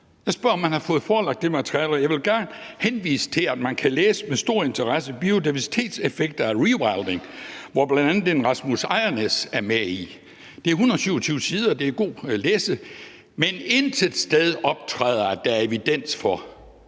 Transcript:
Jeg spørger, om man har fået forelagt det materiale, og jeg vil gerne henvise til, at man med stor interesse kan læse om biodiversitetseffekter af rewilding, som bl.a. en Rasmus Ejrnæs er med i. Det er 127 sider. Det er god læsning. Men intet sted står der, at der er evidens for,